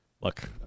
look